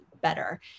better